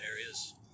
areas